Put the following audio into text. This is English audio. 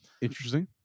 Interesting